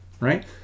right